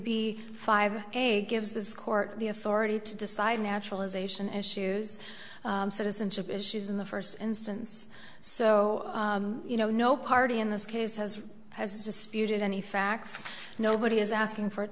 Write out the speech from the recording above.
b five eight gives this court the authority to decide naturalization issues citizenship issues in the first instance so you know no party in this case has has disputed any facts nobody is asking for it